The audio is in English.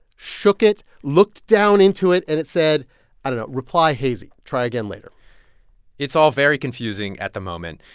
shook it, looked down into it and it said i don't know reply hazy try again later it's all very confusing at the moment.